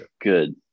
Good